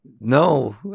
No